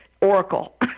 oracle